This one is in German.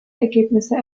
ergebnisse